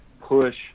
push